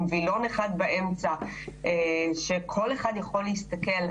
וילון אחד באמצע וכל אחד יכול להסתכל.